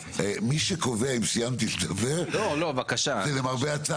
אליך, אלעד.